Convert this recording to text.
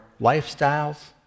lifestyles